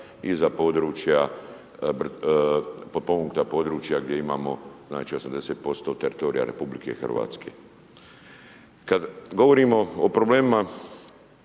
i za područja, potpomognuta područja gdje imamo znači 80% teritorija RH. Kad govorimo o problemima